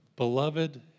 Beloved